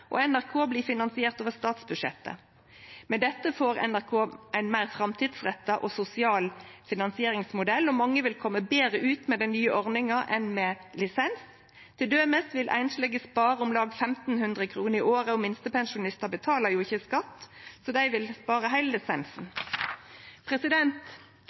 og NRK blir finansiert over statsbudsjettet. Med dette får NRK ein meir framtidsretta og sosial finansieringsmodell, og mange vil kome betre ut med den nye ordninga enn med lisens. Til dømes vil einslege spare om lag 1 500 kr i året, og minstepensjonistar betalar jo ikkje skatt, så dei vil spare heile lisensen.